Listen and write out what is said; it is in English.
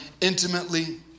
intimately